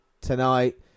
tonight